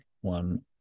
one